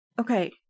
Okay